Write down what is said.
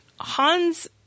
Hans